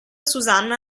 susanna